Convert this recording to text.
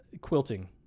quilting